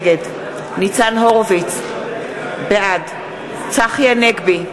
נגד ניצן הורוביץ, בעד צחי הנגבי,